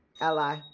Ally